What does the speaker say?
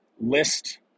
list